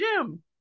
gym